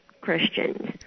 Christians